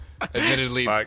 admittedly